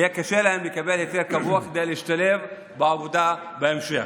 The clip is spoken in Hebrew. יהיה קשה לקבל היתר קבוע כדי להשתלב בעבודה בהמשך.